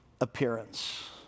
appearance